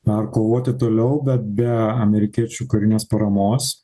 ar kovoti toliau bet be amerikiečių karinės paramos